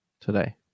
today